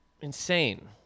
insane